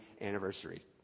anniversary